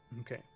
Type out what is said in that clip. Okay